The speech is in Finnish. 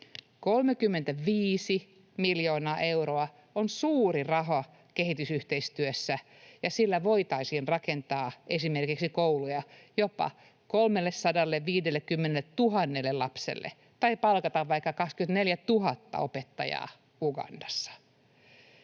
35 miljoonaa euroa on suuri raha kehitysyhteistyössä, ja sillä voitaisiin rakentaa esimerkiksi kouluja jopa 350 000 lapselle tai palkata vaikka 24 000 opettajaa Ugandassa.